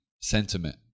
sentiment